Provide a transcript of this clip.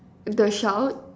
the shout